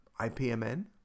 IPMN